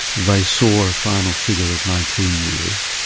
they saw a final figure of nineteen years,